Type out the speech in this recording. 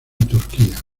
turquía